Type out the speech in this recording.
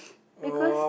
because